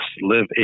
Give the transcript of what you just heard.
live